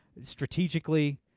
Strategically